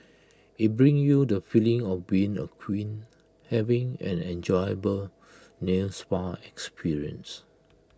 IT brings you the feeling of being A queen having an enjoyable nail spa experience